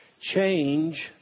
Change